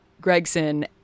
Gregson